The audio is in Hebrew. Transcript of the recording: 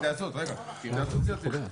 התייעצות סיעתית.